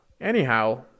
Anyhow